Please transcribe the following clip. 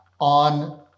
on